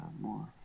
more